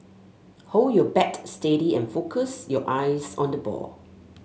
hold your bat steady and focus your eyes on the ball